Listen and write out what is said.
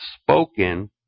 spoken